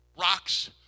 rocks